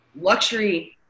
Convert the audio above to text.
Luxury